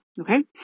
okay